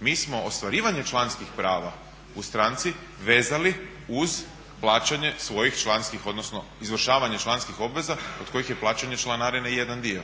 Mi smo ostvarivanje članskih prava u stranci vezali uz plaćanje svoje članskih, odnosno izvršavanje članskih obveza od kojih je plaćanje članarine jedan dio.